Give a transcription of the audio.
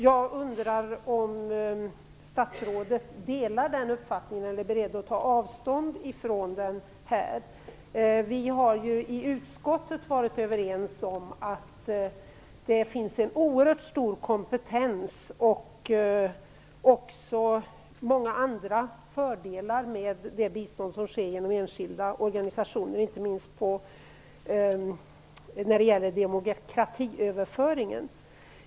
Jag undrar om statsrådet ställer sig bakom den beskrivningen eller är beredd att ta avstånd från den här. Vi har ju i utskottet varit överens om att det i det bistånd som bedrivs av organisationer finns en oerhört stor kompetens och att det även har andra fördelar, inte minst när det gäller demokratiöverföringen.